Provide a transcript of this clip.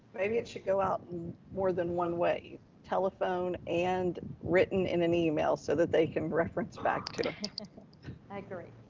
maybe it should go out in more than one way telephone and written in an email so that they can reference back to them. i agree.